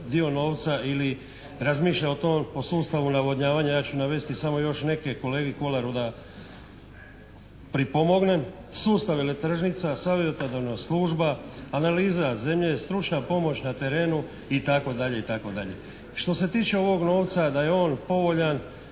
dio novca ili razmišlja o sustavu navodnjavanja ja ću navesti samo još neke kolegi Kolaru da pripomognem. Sustav veletržnica, savjetodavna služba, analiza zemlje, stručna pomoć na terenu itd. itd. Što se tiče ovog novca da je on povoljan